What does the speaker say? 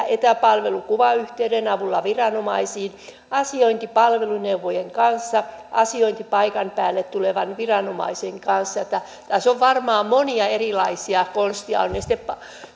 etäpalvelu kuvayhteyden avulla viranomaisiin asiointi palveluneuvojan kanssa asiointi paikan päälle tulevan viranomaisen kanssa tässä on varmaan monia erilaisia konsteja ovat ne sitten